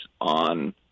on